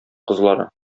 кызлары